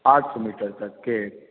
आठ सौ मीटर तक के